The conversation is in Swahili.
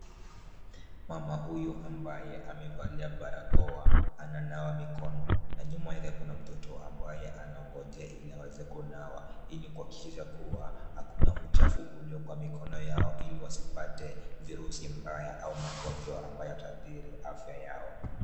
Mama huyu ambaye amevalia barakoa ananawa mikono na nyuma yake kuna mtoto ambaye anaongeojea ili aweze kunawa ili kuhakikisha kuwa hakina uchafu ulio kwa mikono yao ili wasipate virusi mbaya au magonjwa ambayo yataathiri afya yao.